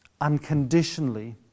unconditionally